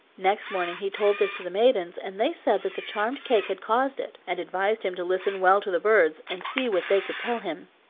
next morning he told this to the maidens, and they said that the charmed cake had caused it, and advised him to listen well to the birds, and see what they could tell him,